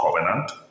covenant